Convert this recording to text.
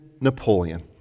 Napoleon